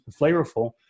flavorful